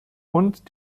und